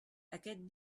aquest